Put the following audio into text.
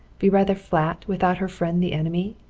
be rather flat without her friend the enemy?